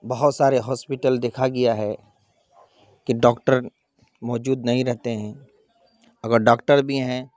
بہت سارے ہاسپیٹل دیکھا گیا ہے کہ ڈاکٹر موجود نہیں رہتے ہیں اگر ڈاکٹر بھی ہیں